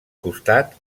costat